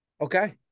Okay